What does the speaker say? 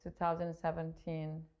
2017